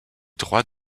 droits